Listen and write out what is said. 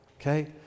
okay